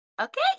Okay